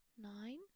Nine